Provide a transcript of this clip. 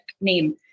name